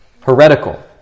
heretical